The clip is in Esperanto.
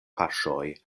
paŝoj